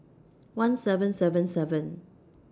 one seven seven seven